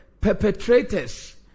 perpetrators